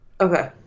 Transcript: Okay